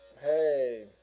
Hey